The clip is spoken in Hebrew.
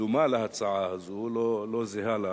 דומה להצעה הזו, לא זהה לה.